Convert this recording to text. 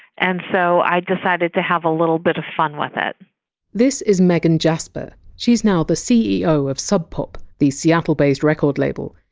and so i decided to have a little bit of fun with it this is megan jasper. she! s now the ceo of sub pop, the seattle-based record label,